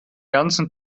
ganzen